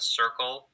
circle